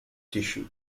tissue